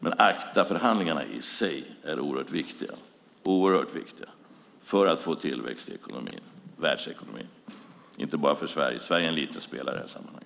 Men ACTA-förhandlingarna i sig är oerhört viktiga för att det ska bli tillväxt i världsekonomin, inte bara för Sverige som är en liten spelare i detta sammanhang.